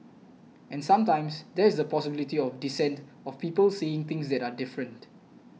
and sometimes there is the possibility of dissent of people saying things that are different